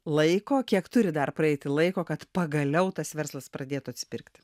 laiko kiek turi dar praeiti laiko kad pagaliau tas verslas pradėtų atsipirkti